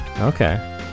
Okay